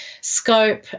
scope